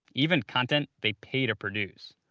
even content they pay to produce.